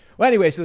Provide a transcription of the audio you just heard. well anyway, so